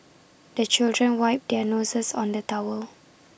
the children wipe their noses on the towel